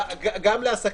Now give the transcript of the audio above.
גם לעסקים,